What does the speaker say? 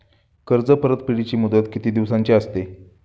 कर्ज परतफेडीची मुदत किती दिवसांची असते?